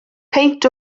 peint